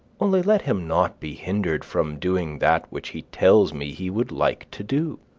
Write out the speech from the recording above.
only let him not be hindered from doing that which he tells me he would like to do.